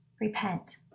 repent